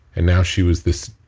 and now she was this,